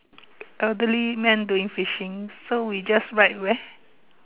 elderly man doing fishing so we just write where